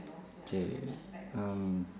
um